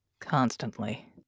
Constantly